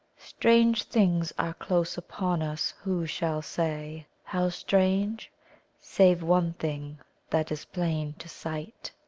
strange things are close upon us who shall say how strange save one thing that is plain to sight,